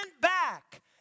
back